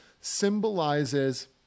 symbolizes